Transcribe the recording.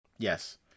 Yes